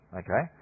okay